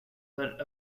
but